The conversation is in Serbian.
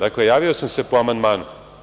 Dakle, javio sam se po amandmanu.